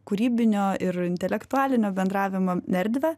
kūrybinio ir intelektualinio bendravimo erdvę